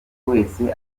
wese